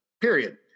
period